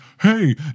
hey